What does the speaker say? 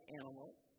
animals